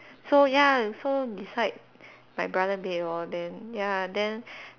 so ya so beside my brother bed lor then ya then